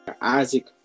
Isaac